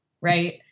right